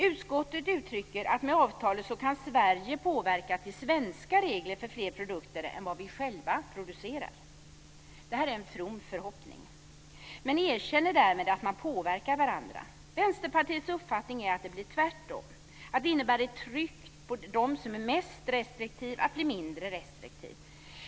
Utskottet uttrycker att med hjälp av avtalet kan Sverige påverka att svenska regler används för fler produkter än vi själva producerar. Detta är en from förhoppning. Man erkänner därmed att man påverkar varandra. Vänsterpartiets uppfattning är att det blir tvärtom. Detta innebär ett tryck på den som är mest restriktiv att bli mindre restriktiv.